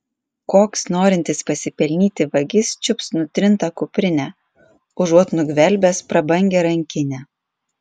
koks norintis pasipelnyti vagis čiups nutrintą kuprinę užuot nugvelbęs prabangią rankinę